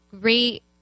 great